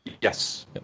yes